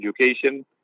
education